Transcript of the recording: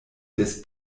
des